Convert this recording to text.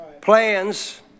plans